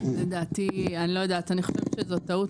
לדעתי זאת טעות.